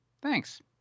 Thanks